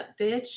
bitch